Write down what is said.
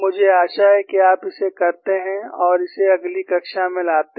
मुझे आशा है कि आप इसे करते हैं और इसे अगली कक्षा में लाते हैं